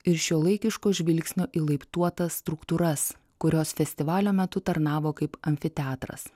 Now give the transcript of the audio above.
ir šiuolaikiško žvilgsnio į laiptuotas struktūras kurios festivalio metu tarnavo kaip amfiteatras